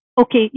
Okay